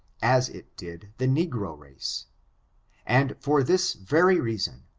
as it did the negro race and for this very reason,